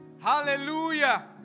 Hallelujah